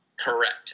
Correct